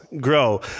grow